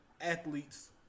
athletes